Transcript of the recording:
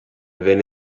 venne